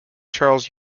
charles